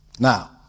Now